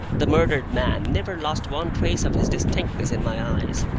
the murdered man never lost one trace of his distinctness in my eyes,